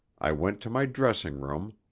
i went to my dressing-room,